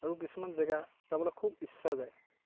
আৰু কিছুমান জেগা যাবলৈ খুউব ইচ্ছা যায়